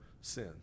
sin